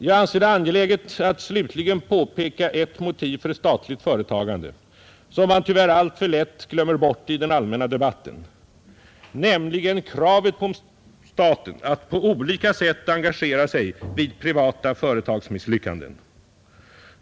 Jag anser det angeläget att slutligen påpeka ett motiv för statligt företagande som man tyvärr alltför lätt glömmer bort i den allmänna debatten — nämligen kravet på staten att på olika sätt engagera sig vid privata företagsmisslyckanden.